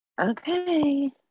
okay